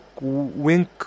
wink